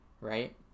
right